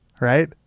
right